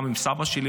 גם עם סבא שלי,